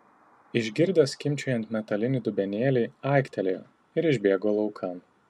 išgirdęs skimbčiojant metalinį dubenėlį aiktelėjo ir išbėgo laukan